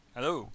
Hello